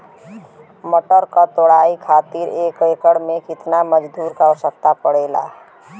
मटर क तोड़ाई खातीर एक एकड़ में कितना मजदूर क आवश्यकता पड़ेला?